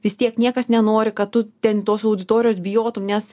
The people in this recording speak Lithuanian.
vis tiek niekas nenori kad tu ten tos auditorijos bijotum nes